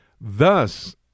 Thus